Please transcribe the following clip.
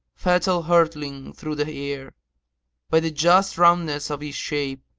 fatal hurtling through the air by the just roundness of his shape,